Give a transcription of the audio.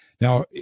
Now